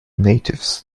natives